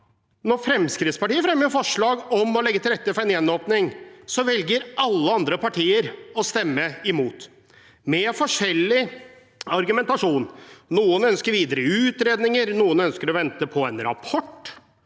når Fremskrittspartiet fremmer forslag om å legge til rette for en gjenåpning, velger alle andre partier å stemme imot, med forskjellig argumentasjon. Noen ønsker videre utredninger, noen ønsker å vente på en rapport,